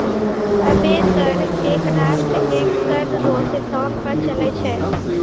अबै कर एक राष्ट्र एक कर रो सिद्धांत पर चलै छै